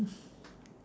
mm